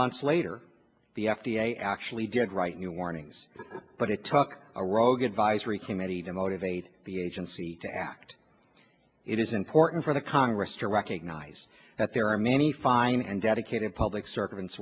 months later the f d a actually did write new warnings but it took a rogue advisory committee to motivate the agency to act it is important for the congress to recognize that there are many fine and dedicated public servants